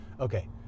Okay